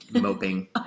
moping